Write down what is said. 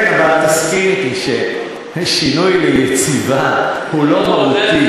כן, אבל תסכים אתי ששינוי ליציבה הוא לא מהותי.